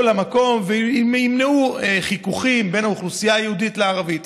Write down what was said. למקום וימנעו חיכוכים בין האוכלוסייה היהודית לערבית,